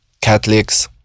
Catholics